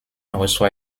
reçoit